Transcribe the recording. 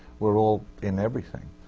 we're all in everything.